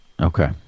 Okay